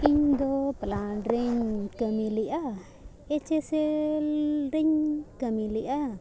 ᱤᱧ ᱫᱚ ᱯᱞᱟᱱ ᱨᱤᱧ ᱠᱟᱹᱢᱤ ᱞᱮᱜᱼᱟ ᱮᱪ ᱮᱥᱮᱞ ᱨᱤᱧ ᱠᱟᱹᱢᱤ ᱞᱮᱜᱼᱟ